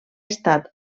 estat